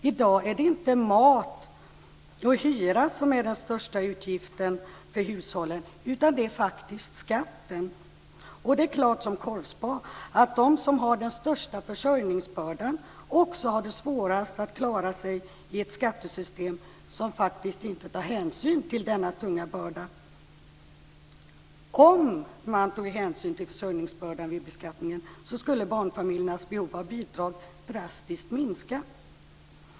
I dag är det inte mat och hyra som är den största utgiften för hushållen, utan det är faktiskt skatten! Det är klart som korvspad att de som har den största försörjningsbördan också har svårast att klara sig i ett skattesystem som inte tar hänsyn till denna tunga börda. Om man tog hänsyn till försörjningsbördan vid beskattningen skulle barnfamiljernas behov av bidrag drastiskt minska.